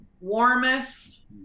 warmest